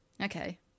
Okay